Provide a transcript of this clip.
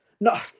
No